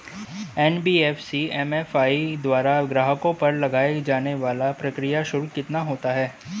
NBFC MFI द्वारा अपने ग्राहकों पर लगाए जाने वाला प्रक्रिया शुल्क कितना होता है?